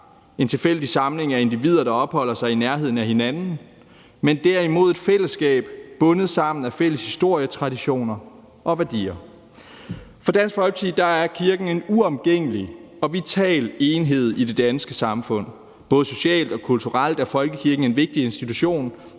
en tilfældig samling af individer, der opholder sig i nærheden af hinanden, men derimod et fællesskab bundet sammen af fælles historie, traditioner og værdier. For Dansk Folkeparti er kirken en uomgængelig og vital enhed i det danske samfund. Både socialt og kulturelt er folkekirken en vigtig institution,